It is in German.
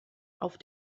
auf